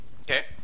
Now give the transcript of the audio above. Okay